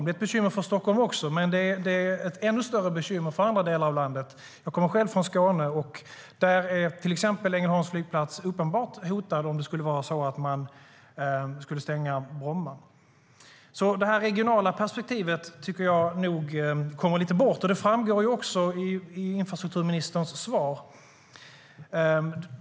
Det är ett bekymmer också för Stockholm, men det är ett ännu större bekymmer för andra delar av landet. Jag kommer själv från Skåne, och där är till exempel Ängelholms flygplats uppenbarligen hotad, om man skulle stänga Bromma.Det regionala perspektivet tycker jag kommer bort lite. Det framgår också i infrastrukturministerns svar.